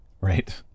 Right